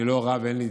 אני לא רב ואין לי